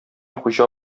хуҗа